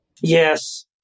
Yes